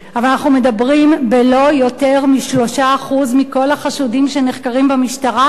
אבל אנחנו מדברים על לא יותר מ-3% מכל החשודים שנחקרים במשטרה,